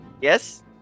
Yes